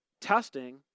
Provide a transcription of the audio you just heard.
testing